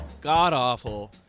god-awful